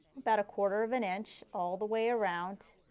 about a quarter of an inch all the way around